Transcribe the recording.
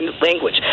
language